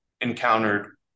encountered